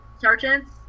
sergeants